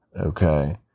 okay